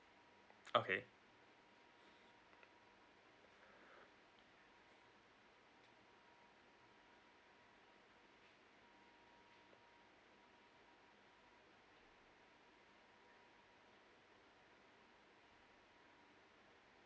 okay